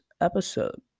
episode